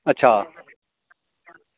अच्छा